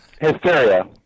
Hysteria